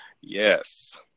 Yes